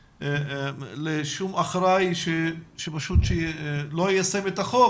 לשום אחראי שפשוט שלא יישם את החוק